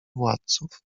władców